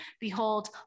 Behold